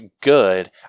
good